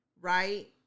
right